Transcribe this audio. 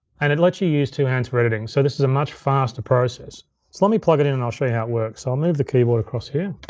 and it lets you use two hands for editing. so this is a much faster process. so let me plug it in and i'll show you how it works. i'll move the keyboard across here.